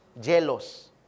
Jealous